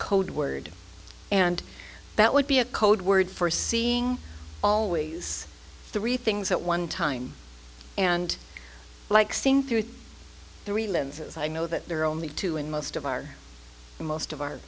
code word and that would be a code word for seeing always three things at one time and like seen through three limbs i know that there are only two in most of our and most of our